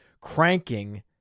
cranking